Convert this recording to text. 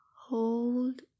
Hold